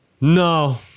No